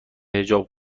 حجاب